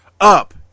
Up